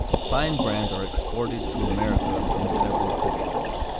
fine brands are exported to america from several countries.